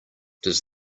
does